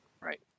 Right